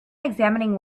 examining